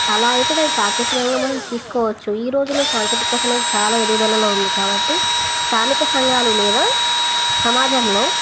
అలా అయితే దను సాంకేతికంగం మనం తీసుకోవచ్చు ఈ రోజుల్లో సాంకేతికత అనేది చాలా ఎదుగుదలలో ఉంది కాబట్టి స్థానిక సంఘాలు లేదా సమాజంలో